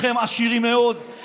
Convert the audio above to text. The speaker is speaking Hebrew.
שאתם כל היום משקרים מבוקר עד לילה.